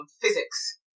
physics